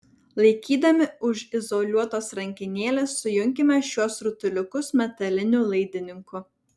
laikydami už izoliuotos rankenėlės sujunkime šiuos rutuliukus metaliniu laidininku